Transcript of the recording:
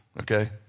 okay